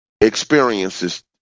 experiences